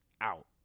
out